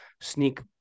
sneak